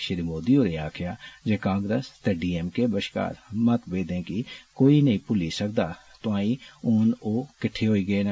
श्री मोदी होरें आक्खेआ जे कांग्रेस ते डी एम के बष्कार मतमेदे गी कोई नेई भुल्ली सकदा तोआईं हून ओह किट्ठे होई गे न